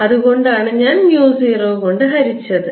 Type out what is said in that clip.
അതുകൊണ്ടാണ് ഞാൻ mu 0 കൊണ്ട് ഹരിച്ചത്